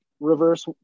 reverse